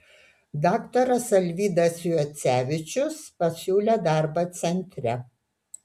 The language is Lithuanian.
daktaras alvydas juocevičius pasiūlė darbą centre